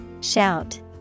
Shout